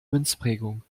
münzprägung